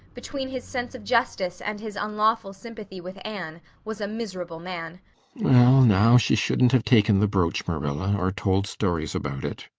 between his sense of justice and his unlawful sympathy with anne, was a miserable man. well now, she shouldn't have taken the brooch, marilla, or told stories about it,